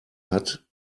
hat